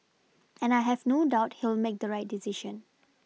and I have no doubt he'll make the right decision